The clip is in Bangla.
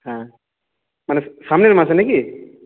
হ্যাঁ মানে সামনের মাসে না কি